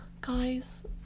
Guys